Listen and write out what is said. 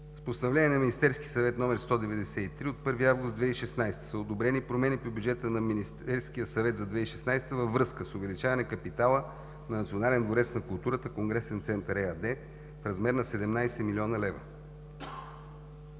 С Постановление на Министерския съвет № 193 от 1 август 2016 г. са одобрени промени в бюджета на Министерския съвет за 2016 г. във връзка с увеличаване капитала на „Национален дворец на културата – Конгресен център“ ЕАД в размер на 17 млн. лв.